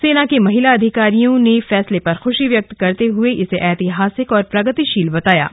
सेना की महिला अधिकारियों ने फैसले पर खुशी व्यक्त करते हुए इसे ऐतिहासिक और प्रगतिशील बताया है